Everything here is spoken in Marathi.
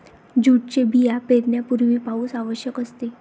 जूटचे बिया पेरण्यापूर्वी पाऊस आवश्यक असते